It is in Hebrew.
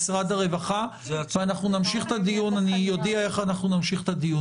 משרד הרווחה; ואני אודיע איך נמשיך את הדיון.